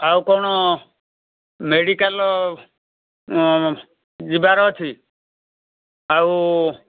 ଆଉ କ'ଣ ମେଡ଼ିକାଲ୍ ଯିବାର ଅଛି ଆଉ